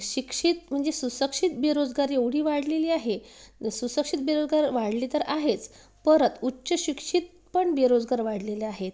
शिक्षित म्हणजेच सुशिक्षित बेरोजगारी एवढी वाढलेली आहे सुशिक्षित बेरोजगार वाढले तर आहेच परत उच्चशिक्षित पण बेरोजगार वाढलेले आहे